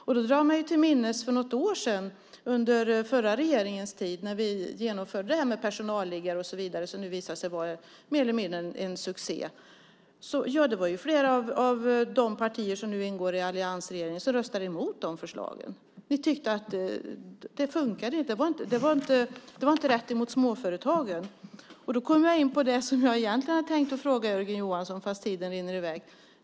Jag drar mig till minnes att det för något år sedan, under den förra regeringens tid, var flera av de partier som nu ingår i alliansregeringen som röstade emot förslagen där vi genomförde detta med personalliggare och så vidare som nu har visat sig vara mer eller mindre en succé. Ni tyckte att det inte var rätt mot småföretagen. Då kommer jag in på det som jag egentligen hade tänkt fråga Jörgen Johansson om fast tiden rinner i väg.